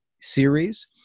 series